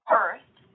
First